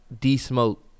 D-Smoke